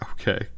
Okay